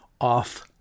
Off